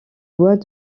bois